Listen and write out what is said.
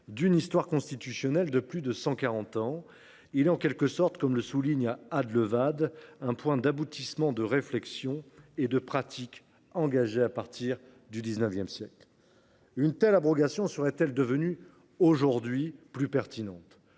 d’une histoire constitutionnelle de plus de cent quarante ans et, en quelque sorte, comme le souligne Anne Levade, un point d’aboutissement de réflexions et de pratiques engagées à partir du XIX siècle. Une telle abrogation serait elle donc devenue plus pertinente